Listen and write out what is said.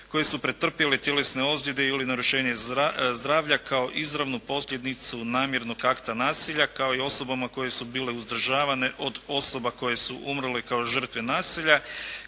koji su pretrpjeli tjelesne ozljede ili narušenje zdravlja kao izravnu posljedicu namjernog akta nasilja kao i osobama koje su bile uzdržavane od osoba koje su umrle kao žrtve nasilja,